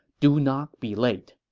do not be late.